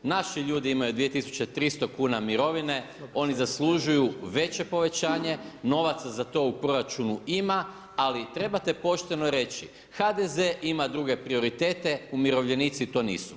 Naši ljudi imaju 2300 kn mirovine, oni zaslužuju veće povećanje, novaca za to u proračunu ima, ali trebate pošteno reći, HDZ ima druge prioritete, umirovljenici to nisu.